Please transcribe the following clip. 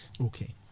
okay